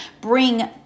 bring